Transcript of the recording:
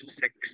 six